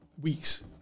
weeks